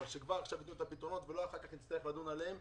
אבל שכבר עכשיו יתנו פתרונות ולא אחר כך נצטרך לדון עליהם.